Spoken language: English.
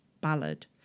ballad